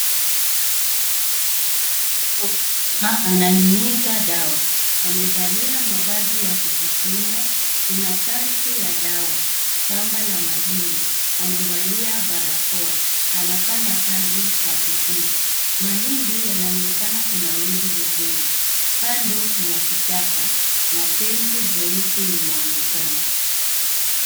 Mkulima ananyunyuza dawa. Amevalia mavazi ya kujikinga. Kuna tanki ya dawa, shamba la mahindi. Amevalia barakoa anafanya kazi kwa bidii. Mahindi yanaonekana kunawiri vizuri . Kando kuna kichaka na tenki jeusi linaonekana.